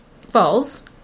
falls